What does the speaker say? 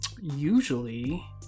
usually